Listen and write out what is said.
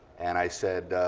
and i said,